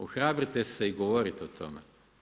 Ohrabrite se i govorite o tome.